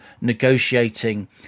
negotiating